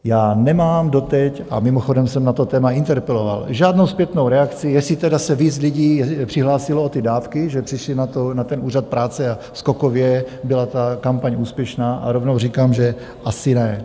Já nemám doteď a mimochodem jsem na to téma interpeloval žádnou zpětnou reakci, jestli tedy se víc lidí přihlásilo o ty dávky, že přišli na ten úřad práce a skokově byla ta kampaň úspěšná, a rovnou říkám, že asi ne.